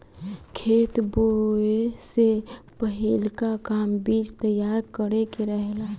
खेत बोए से पहिलका काम बीज तैयार करे के रहेला